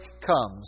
comes